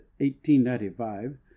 1895